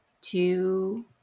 two